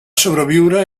sobreviure